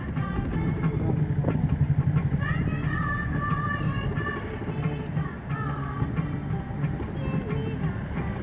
गाड़ा मे ही भइर के किसान मन अपन फसिल ल काएट के घरे लाने कर काम करथे